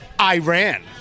Iran